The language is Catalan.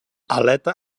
aleta